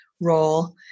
role